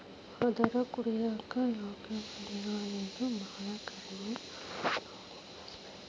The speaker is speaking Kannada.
ಆದರ ಕುಡಿಯಾಕ ಯೋಗ್ಯವಾಗಿರು ನೇರ ಬಾಳ ಕಡಮಿ ಅದಕ ನೋಡಿ ಬಳಸಬೇಕ